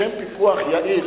לשם פיקוח יעיל